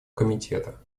комитета